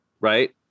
right